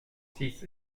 six